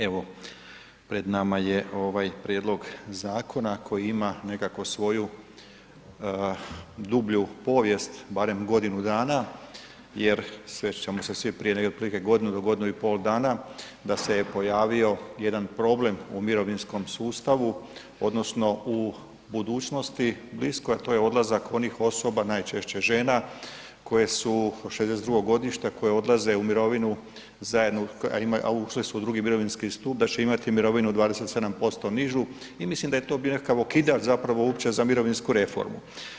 Evo, pred nama je ovaj prijedlog zakona koji ima nekakvu svoju dublju povijest, barem godinu dana jer sjetit ćemo se svi prije otprilike godinu do godinu i pol dana da se je pojavio jedan problem u mirovinskom sustavu odnosno u budućnosti bliskoj a to je odlazak onih osoba, najčešće žena koje su '62. godište, koje odlaze u mirovinu zajedno a ušle su u II. mirovinski stup, da će imati mirovinu 27% nižu i mislim da je to bio nekakav okidač zapravo uopće za mirovinsku reformu.